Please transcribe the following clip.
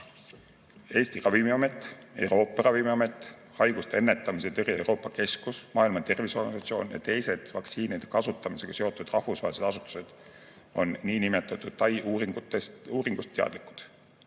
osas?"Eesti Ravimiamet, Euroopa Ravimiamet, Haiguste Ennetamise ja Tõrje Euroopa Keskus, Maailma Terviseorganisatsioon ja teised vaktsiinide kasutamisega seotud rahvusvahelise asutused on niinimetatud Tai uuringust teadlikud.